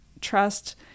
trust